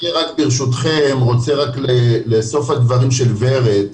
ברשותכם אני רוצה להתייחס לסוף הדברים של ורד,